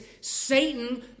Satan